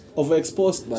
overexposed